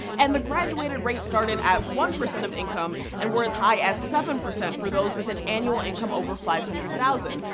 and the graduated rates started at one percent of income and were as high as seven percent for those with an annual income over five hundred thousand